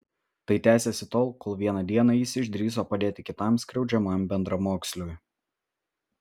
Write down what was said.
tai tęsėsi tol kol vieną dieną jis išdrįso padėti kitam skriaudžiamam bendramoksliui